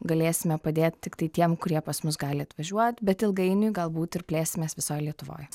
galėsime padėt tiktai tiem kurie pas mus gali atvažiuot bet ilgainiui galbūt ir plėsimės visoj lietuvoj